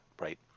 right